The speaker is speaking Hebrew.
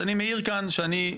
אז אני מעיר כאן שאני,